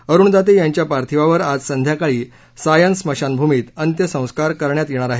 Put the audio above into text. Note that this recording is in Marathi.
अरुण दाते यांच्या पार्थिवावर आज संध्याकाळी सायन स्मशानभूमीत अंत्यसंस्कार करण्यात येणार आहेत